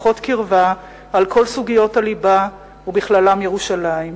שיחות קרבה על כל סוגיות הליבה ובכללן ירושלים.